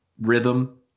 rhythm